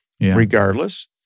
regardless